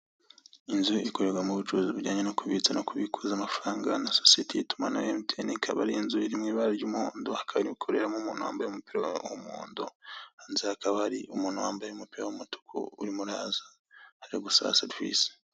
Inzu ikorerwamo ubucuruzi bujyanye no kubitsa no kubikuza amafaranga na sosiyete y'itumanaho ya MTN,ikaba inzu iri mu ibara ry'umuhondo, ikaba ikorerwamo umuntu wambaye umupira w'umuhondo, munsi hakaba hari umuntu wambaye umupira w'umutuku urimo araza aje gusaba serivise.